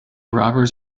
robbers